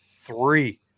three